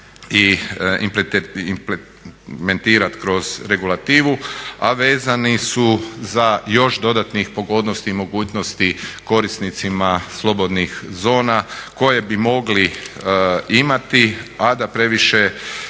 implementirat kroz regulativu, a vezani su za još dodatnih pogodnosti i mogućnosti korisnicima slobodnih zona koje bi mogli imati, a da previše